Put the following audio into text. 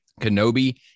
Kenobi